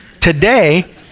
Today